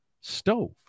stove